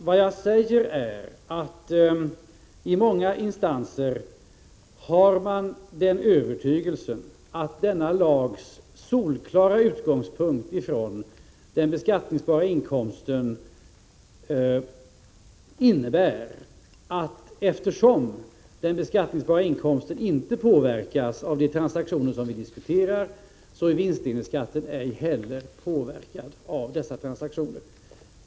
Vad jag säger är att man i många instanser har den övertygelsen att denna lags solklara utgångspunkt i den beskattningsbara inkomsten innebär, att eftersom den beskattningsbara inkomsten inte påverkas av de transaktio ner som vi diskuterar, påverkas ej heller vinstdelningsskatten av dessa transaktioner.